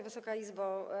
Wysoka Izbo!